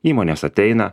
įmonės ateina